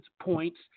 points